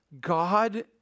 God